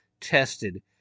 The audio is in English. tested